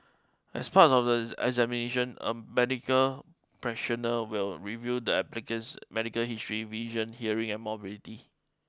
as part of the examination a medical practitioner will review the applicant's medical history vision hearing and mobility